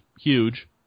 huge